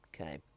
okay